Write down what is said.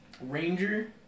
ranger